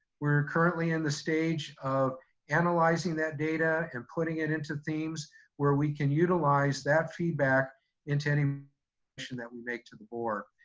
we're currently in the stage of analyzing that data and putting it into themes where we can utilize that feedback into any um recommendation that we make to the board.